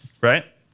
right